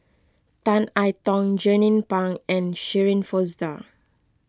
Tan I Tong Jernnine Pang and Shirin Fozdar